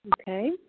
Okay